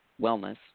wellness